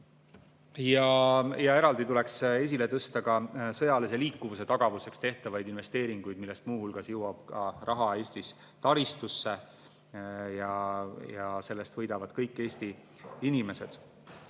Ja eraldi tuleks esile tõsta ka sõjalise liikuvuse tagamiseks tehtavaid investeeringuid, millest muu hulgas jõuab ka raha Eestis taristusse ja sellest võidavad kõik Eesti inimesed. Nüüd,